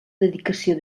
dedicació